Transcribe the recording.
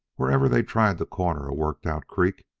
wherever they tried to corner a worked-out creek,